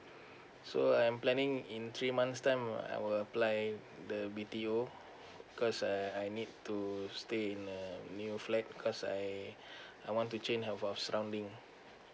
so I'm planning in three months time I will apply the B_T_O because I I need to stay in a new flat because I I want to change of a surrounding